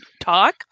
talk